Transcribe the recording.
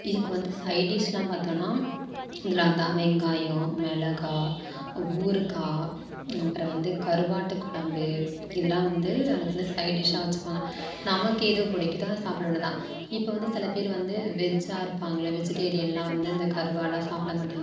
இதுக்கு வந்து சைடிஷ்லாம் பார்த்தோனா இதில் அந்த வெங்காய மிளகா ஊறுகாய் அப்புறம் வந்து கருவாட்டுக் குழம்பு இதெலாம் வந்து அதுக்குன்னு சைடிஷ்ஷாக வச்சுப்பாங்க நமக்கு எது பிடிக்குதோ அதை சாப்பிட வேண்டியது தான் இப்போ வந்து சில பேர் வந்து வெஜ்ஜாக இருப்பாங்கல்ல வெஜிடேரியன்லாம் வந்து இந்த கருவாடுலாம் சாப்பிடமாட்டாங்க